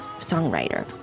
songwriter